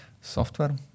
software